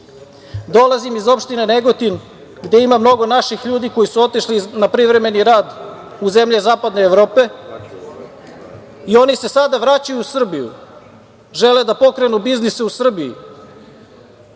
iz opštine Negotin, gde ima mnogo naših ljudi koji su otišli na privremeni rad u zemlje zapadne Evrope i oni se sada vraćaju u Srbiju, žele da pokrenu biznise u Srbiji,